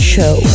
Show